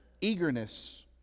eagerness